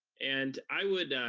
and i would,